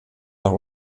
nach